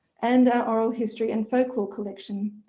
and our oral history and folklore collection.